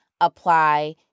apply